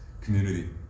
community